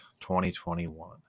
2021